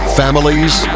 families